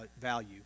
value